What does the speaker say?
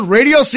Radio